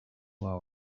hours